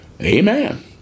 Amen